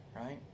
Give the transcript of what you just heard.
Right